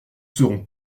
serons